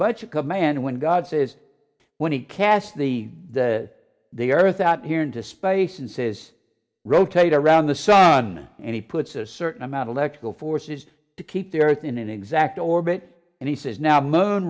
command when god says when he casts the the the earth out here into space and says rotate around the sun and he puts a certain amount of electrical forces to keep the earth in an exact orbit and he says now mo